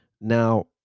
Now